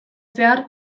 zehar